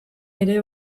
ere